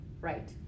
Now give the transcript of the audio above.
right